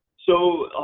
so,